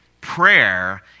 Prayer